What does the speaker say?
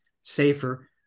safer